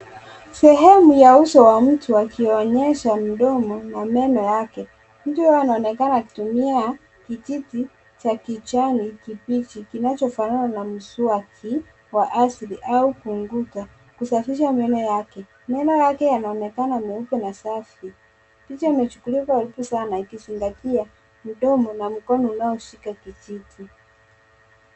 Sehemu ya uso wa mtu akionyesha mdomo na meno Yake. Mtu huyu anaonekana akitumia Kijiti cha kijani kibichi kinachofanana na mswaki wa asili au funguta kusafisha meno yake. Meno Yake yanaoneka mweupe na Safi picha umechukuliwa ikizingatia mkono na mdomo unaoshika Kijiti.